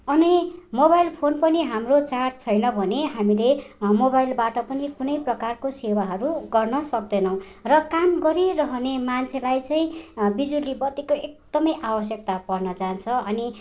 अनि mobile phone पनि हाम्रो चार्ज छैन भने हामीले मोबाइलबाट पनि कुनै प्रकारको सेवाहरू गर्न सक्दैनौँ र काम गरिरहने मान्छेलाई चाहिँ बिजुली बत्तीको एकदमै आवश्यकता पर्न जान्छ अनि